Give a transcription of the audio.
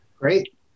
Great